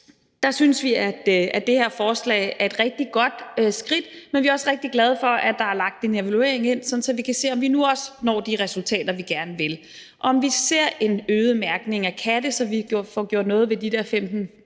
der synes vi, at det her forslag er et rigtig godt skridt. Men vi er også rigtig glade for, at der er lagt en evaluering ind, så vi kan se, om vi nu også når de resultater, vi gerne vil, og om vi ser en øget mærkning af katte, så vi kan få gjort noget ved de der 15-25